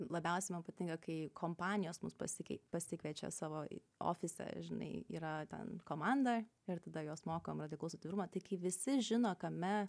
labiausiai man patinka kai kompanijos mus pasikie pasikviečia savo į ofisą žinai yra ten komanda ir tada juos mokom radikalaus atvirumo tai kai visi žino kame